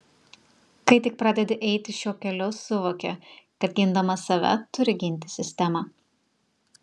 kai tik pradedi eiti šiuo keliu suvoki kad gindamas save turi ginti sistemą